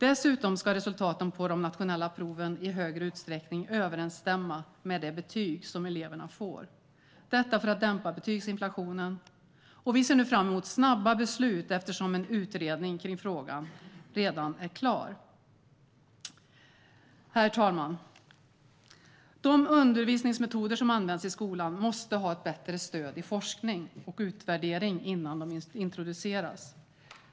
Dessutom ska resultaten på de nationella proven i större utsträckning överensstämma med de betyg eleverna får - detta för att dämpa betygsinflationen. Vi ser nu fram emot snabba beslut eftersom en utredning av frågan redan är klar. Herr talman! De undervisningsmetoder som används i skolan måste ha ett bättre stöd i forskning och utvärdering innan de introduceras.